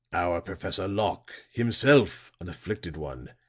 our professor locke, himself an afflicted one,